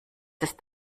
ist